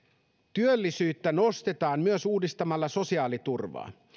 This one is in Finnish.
työllisyyttä nostetaan myös uudistamalla sosiaaliturvaa